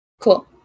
Cool